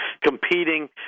competing